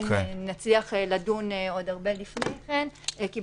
שנצליח לדון עוד הרבה לפני כן כי,